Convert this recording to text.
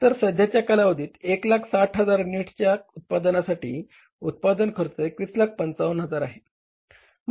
तर सध्याच्या कालावधीत 160000 युनिट्सच्या उत्पादनासाठी उत्पादन खर्च 2155000 आहे